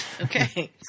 Okay